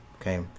Okay